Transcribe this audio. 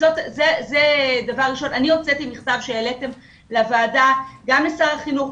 אני הוצאתי מכתב שהעליתם לוועדה גם לשר החינוך,